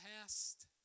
past